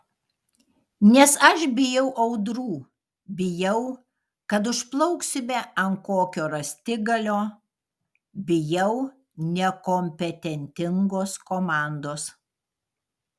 nes aš bijau audrų bijau kad užplauksime ant kokio rąstigalio bijau nekompetentingos komandos